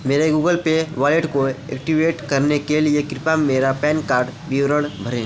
मेरे Google Pay wallet को activate करने के लिए कृपया मेरा पैन कार्ड विवरण भरें